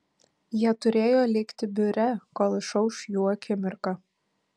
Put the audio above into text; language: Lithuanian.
jie turėjo likti biure kol išauš jų akimirka